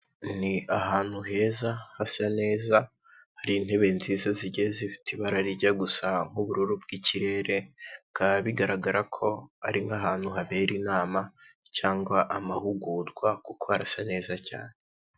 Ni ahantu heza, hasa neza, hari intebe nziza zigiye zifite ibara rijya gusa nk'ubururu bw'ikirere, bikaba bigaragara ko ari nk'ahantu habera inama cyangwa amahugurwa, kuko harasa neza cyane.